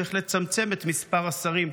צריך לצמצם את מספר השרים,